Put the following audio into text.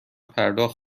پرداخت